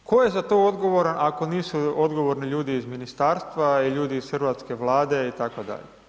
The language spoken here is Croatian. Tko je za to odgovoran ako nisu odgovorni ljudi iz ministarstva i ljudi iz hrvatske Vlade itd.